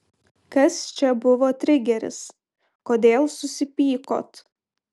kas čia buvo trigeris kodėl susipykot